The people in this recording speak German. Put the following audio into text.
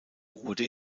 wurde